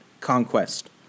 conquest